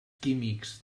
químics